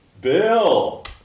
bill